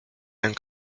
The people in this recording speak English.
and